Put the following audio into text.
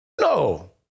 No